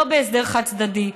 לא בהסדר חד-צדדי,